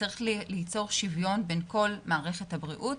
צריך ליצור שוויון בכל מערכת הבריאות,